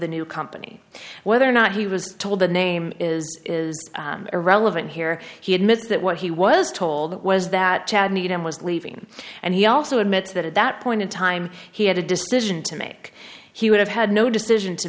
the new company whether or not he was told the name is irrelevant here he admits that what he was told that was that chad needham was leaving and he also admits that at that point in time he had a decision to make he would have had no decision to